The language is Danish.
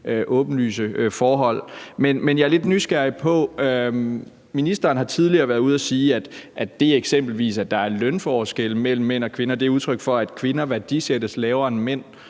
åbenlyse forhold. Men jeg er lidt nysgerrig på noget. Ministeren har tidligere været ude at sige, at det, at der eksempelvis er lønforskelle mellem mænd og kvinder, er udtryk for, at kvinder værdisættes lavere end mænd.